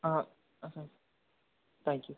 thank you